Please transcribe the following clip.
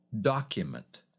document